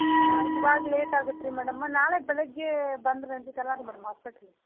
ಹಾಂ ಇವಾಗ ಲೇಟ್ ಆಗತ್ತೆ ರಿ ಮೇಡಮ್ ನಾಳೆ ಬೆಳಿಗ್ಗೆ ಬಂದ್ರು ಅಂದ್ರ ಮೇಡಮ್ ಹಾಸ್ಪೆಟ್ಲಿಗೆ